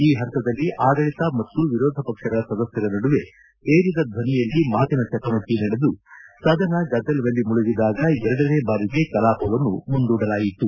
ಈ ಹಂತದಲ್ಲಿ ಆಡಳಿತ ಮತ್ತು ವಿರೋಧ ಪಕ್ಷಗಳ ಸದಸ್ಯರ ನಡುವೆ ಏರಿದ ಧ್ವನಿಯಲ್ಲಿ ಮಾತಿನ ಚಕಮಕಿ ನಡೆದು ಸದನ ಗದ್ದಲದಲ್ಲಿ ಮುಳುಗಿದಾಗ ಎರಡನೇ ಬಾರಿಗೆ ಕಲಾಪವನ್ನು ಮುಂದೂಡಲಾಯಿತು